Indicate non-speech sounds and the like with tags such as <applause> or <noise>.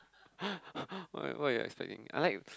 <breath> what what are you expecting I like